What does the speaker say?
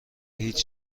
هیچ